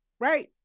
right